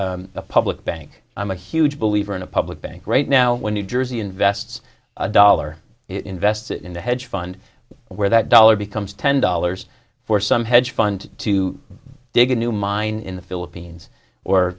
is the public bank i'm a huge believer in a public bank right now when new jersey invests a dollar it invests it in the hedge five and where that dollar becomes ten dollars for some hedge fund to dig a new mine in the philippines or